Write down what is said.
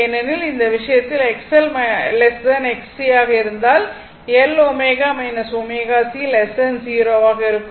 ஏனெனில் இந்த விஷயத்தில் XL Xc ஆக இருந்தால் L ω ωc 0 ஆக இருக்கும்